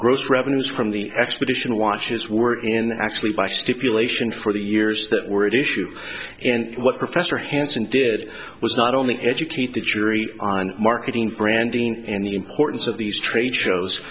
gross revenues from the expedition watches were in actually by stipulation for the years that were at issue and what professor hanson did was not only educate the jury on marketing branding and the importance of these trade shows